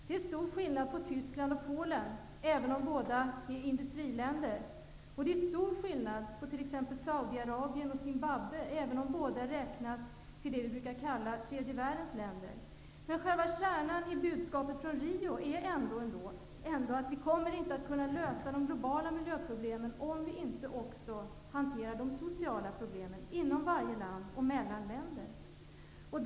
Det är stor skillnad mellan Tyskland och Polen, även om båda är industriländer. Det är också stor skillnad mellan t.ex. Saudiarabien och Zimbabwe, även om båda räknas till vad vi brukar kalla tredje världens länder. Själva kärnan i budskapet från Rio är ändå att vi inte kommer att kunna lösa de globala miljöproblemen, om vi inte också hanterar de sociala problemen i varje land och länder emellan.